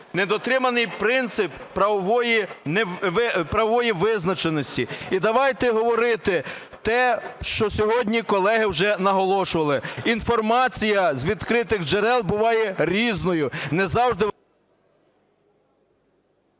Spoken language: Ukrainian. недотриманий принцип правової визначеності. І давайте говорити те, що сьогодні колеги вже наголошували, інформація з відкритих джерел буває різною,